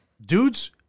Dudes